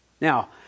Now